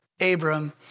Abram